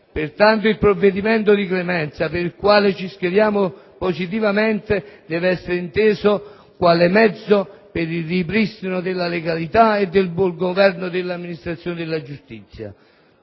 Pertanto, il provvedimento di clemenza, per il quale ci schieriamo positivamente, dev'essere inteso quale mezzo per il ripristino della legalità e del buon governo dell'amministrazione della giustizia.